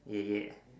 ya ya